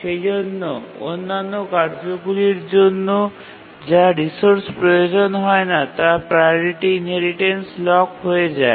সেইজন্য অন্যান্য কার্যগুলির জন্য যা রিসোর্স প্রয়োজন হয় না তা প্রাওরিটি ইনহেরিটেন্সে লক হয়ে যায়